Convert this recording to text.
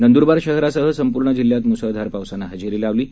नंदुरबार शहरासह संपूर्ण जिल्ह्यात मुसळधार पावसानं हजेरी लावली आहे